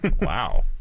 Wow